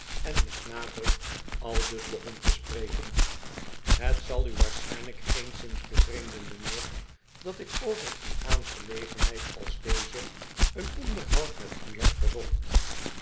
en met nadruk aldus begon te spreken het zal u waarschijnlijk eenigszins bevreemden mijnheer dat ik over een aangelegenheid als deze een onderhoud met u heb verzocht